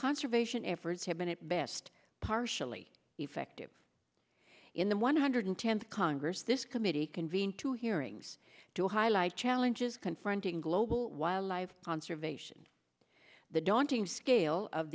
conservation efforts have been at best partially effective in the one hundred tenth congress this committee convened two hearings to highlight challenges confronting global while live conservation the daunting scale of